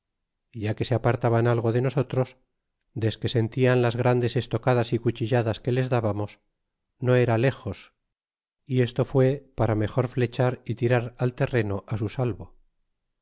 ya que se apartaban algo da nosotros desque sentian las grandes estocadas y cuchilladas que les dabamos no era lejos y esto fue par mejor flechar y tirar al terrero su